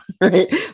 right